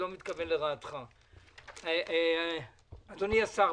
אדוני השר,